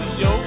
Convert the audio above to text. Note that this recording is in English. yo